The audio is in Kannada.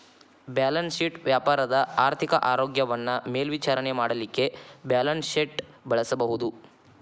ಬ್ಯಾಲೆನ್ಸ್ ಶೇಟ್ ವ್ಯಾಪಾರದ ಆರ್ಥಿಕ ಆರೋಗ್ಯವನ್ನ ಮೇಲ್ವಿಚಾರಣೆ ಮಾಡಲಿಕ್ಕೆ ಬ್ಯಾಲನ್ಸ್ಶೇಟ್ ಬಳಸಬಹುದು